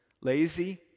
lazy